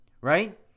right